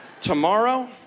tomorrow